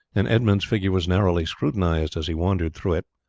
and edmund's figure was narrowly scrutinized as he wandered through it.